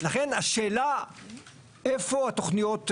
לכן השאלה איפה התוכניות,